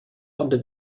unter